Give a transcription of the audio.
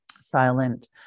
silent